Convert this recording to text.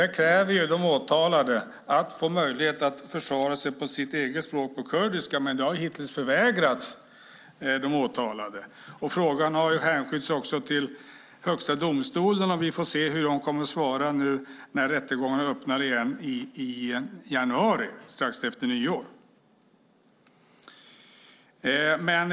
Där kräver nämligen de åtalade att få möjlighet att försvara sig på sitt eget språk kurdiska, men det har hittills förvägrats de åtalade. Frågan har hänskjutits till Högsta domstolen, och vi får se hur de kommer att svara nu när rättegången öppnar igen i januari, strax efter nyår.